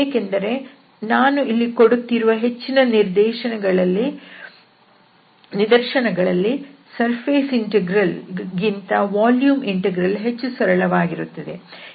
ಏಕೆಂದರೆ ನಾನು ಇಲ್ಲಿ ಕೊಡುತ್ತಿರುವ ಹೆಚ್ಚಿನ ನಿದರ್ಶನಗಳಲ್ಲಿ ಸರ್ಫೇಸ್ ಇಂಟೆಗ್ರಲ್ ಗಿಂತ ವಾಲ್ಯೂಮ್ ಇಂಟೆಗ್ರಲ್ ಹೆಚ್ಚು ಸರಳವಾಗಿರುತ್ತದೆ